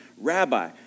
Rabbi